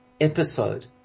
episode